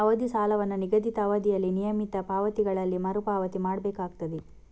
ಅವಧಿ ಸಾಲವನ್ನ ನಿಗದಿತ ಅವಧಿಯಲ್ಲಿ ನಿಯಮಿತ ಪಾವತಿಗಳಲ್ಲಿ ಮರು ಪಾವತಿ ಮಾಡ್ಬೇಕಾಗ್ತದೆ